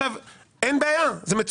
ואין בעיה עם זה,